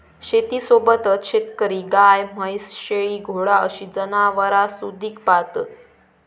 शेतीसोबतच शेतकरी गाय, म्हैस, शेळी, घोडा अशी जनावरांसुधिक पाळतत